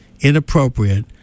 inappropriate